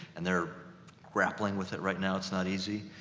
and they're grappling with it right now. it's not easy,